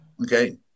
Okay